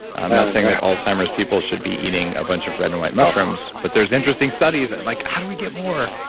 i'm not saying that alzheimer's people should be eating a bunch of red and white mushrooms, but there's interesting studies that like, how do we get more?